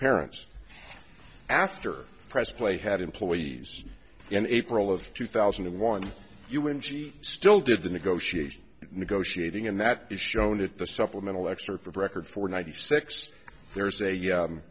parents after press play had employees in april of two thousand and one human she still did the negotiation negotiating and that is shown at the supplemental excerpt of record for ninety six there's a